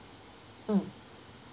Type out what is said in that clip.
mm